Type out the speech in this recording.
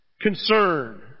concern